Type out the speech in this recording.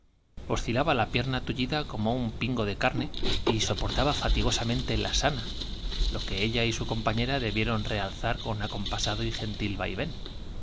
oscilaba la pierna tullida como un pingo de carne y soportaba fatigosamente la sana lo que ella y su compañera debieron realzar con acompasado y gentil